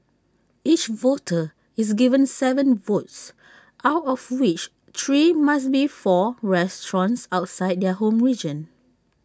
each voter is given Seven votes out of which three must be for restaurants outside their home region